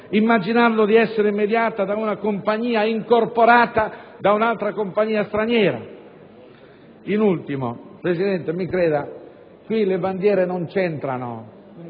immaginando di essere mediata da una compagnia incorporata da un'altra compagnia straniera. In ultimo, signor Presidente, mi creda, qui le bandiere non c'entrano,